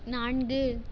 நான்கு